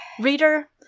Reader